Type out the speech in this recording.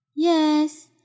Yes